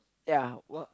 ya